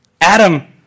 Adam